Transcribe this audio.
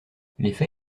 l’effet